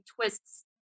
twists